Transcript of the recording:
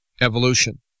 evolution